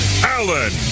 Allen